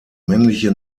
männliche